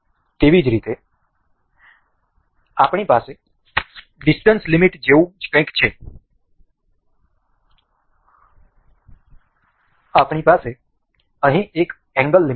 તેવી જ રીતે આપણી પાસે ડીસ્ટન્સ લિમિટ જેવું જ કંઈક છે આપણી પાસે અહીં એક એન્ગલ લિમિટ છે